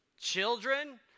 Children